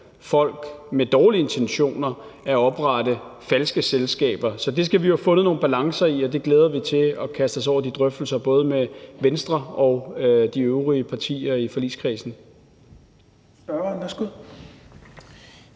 folk med slette intentioner til at oprette falske selskaber. Så det skal vi jo have fundet nogle balancer i, og vi glæder os til at kaste os over de drøftelser med både Venstre og de øvrige partier i forligskredsen.